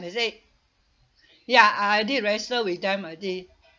is it ya I did register with them already